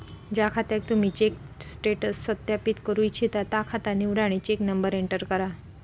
ज्या खात्याक तुम्ही चेक स्टेटस सत्यापित करू इच्छिता ता खाता निवडा आणि चेक नंबर एंटर करा